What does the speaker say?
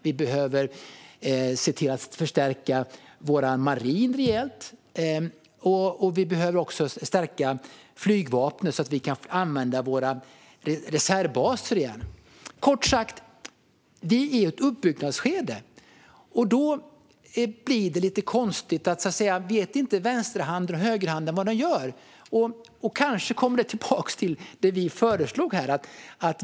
Vi behöver förstärka vår marin rejält. Vi behöver också stärka flygvapnet så att vi kan använda våra reservbaser igen. Kort sagt är vi i ett uppbyggnadsskede. Då blir det lite konstigt om vänsterhanden inte vet vad högerhanden gör. Kanske kommer det tillbaks till det som vi föreslog.